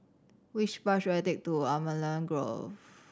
which bus should I take to Allamanda Grove